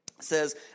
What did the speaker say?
says